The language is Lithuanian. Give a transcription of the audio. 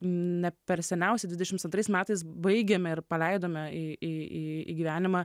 ne per seniausiai dvidešims antrais metais baigėme ir paleidome į į į gyvenimą